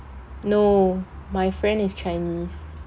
no my friend is chinese